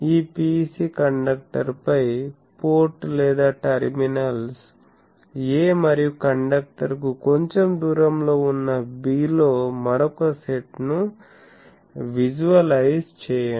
ఈ PEC కండక్టర్పై port లేదా టెర్మినల్స్ 'a' మరియు కండక్టర్కు కొంచెం దూరంలో ఉన్న 'b' లో మరొక సెట్ను విజువలైజ్ చేయండి